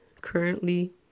currently